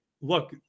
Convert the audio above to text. look